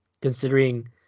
considering